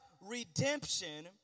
redemption